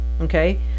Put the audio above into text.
okay